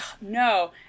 no